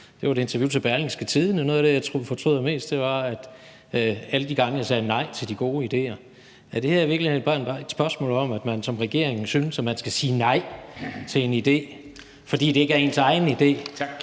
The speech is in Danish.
af, i et Interview til Berlingske sagde: Noget af det, jeg fortryder mest, er alle de gange, jeg sagde nej til de gode idéer. Er det her i virkeligheden bare et spørgsmål om, at man som regering synes, at man skal sige nej til en idé, fordi det ikke er ens egen idé, selv